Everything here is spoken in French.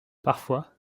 parfois